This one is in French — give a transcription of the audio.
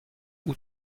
août